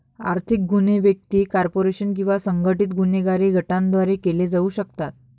आर्थिक गुन्हे व्यक्ती, कॉर्पोरेशन किंवा संघटित गुन्हेगारी गटांद्वारे केले जाऊ शकतात